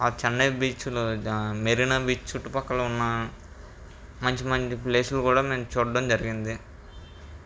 ఆ చెన్నై బీచ్లో మెరినా బీచ్ చుట్టుపక్కల ఉన్న మంచి మంచి ప్లేసులు కూడా మేము చూడడం జరిగింది